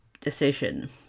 decision